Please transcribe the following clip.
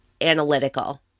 analytical